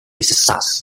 success